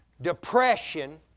depression